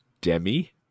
Demi